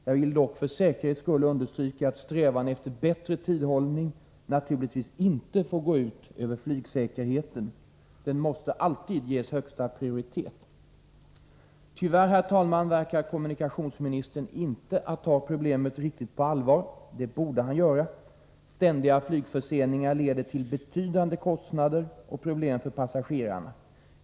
Jag vill dock för säkerhets skull understryka att strävan efter bättre tidhållning naturligtvis inte får gå ut över flygsäkerheten — den måste alltid ges högsta prioritet. Tyvärr, herr talman, verkar kommunikationsministern inte ta problemet riktigt på allvar. Det borde han göra. Ständiga flygförseningar leder till betydande kostnader och problem för passagerarna.